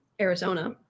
Arizona